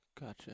Gotcha